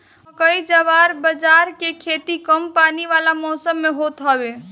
मकई, जवार बजारा के खेती कम पानी वाला मौसम में होत हवे